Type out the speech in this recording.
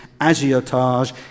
agiotage